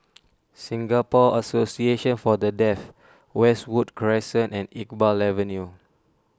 Singapore Association for the Deaf Westwood Crescent and Iqbal Avenue